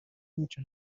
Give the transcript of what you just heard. amwica